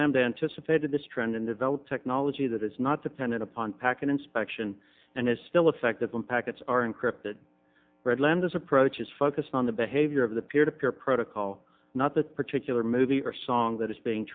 land anticipated this trend and develop technology that is not dependent upon packet inspection and is still effective when packets are encrypted redland this approach is focused on the behavior of the peer to peer protocol not the particular movie or song that is being